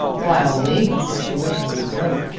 by all means, if she wishes to go.